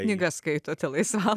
knygas skaitote laisva